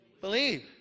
Believe